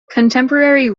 contemporary